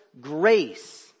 grace